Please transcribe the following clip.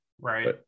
right